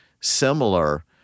similar